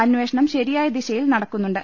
അന്വേഷണം ശരിയായ ദിശയിൽ നടക്കുന്നുണ്ട്